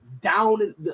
down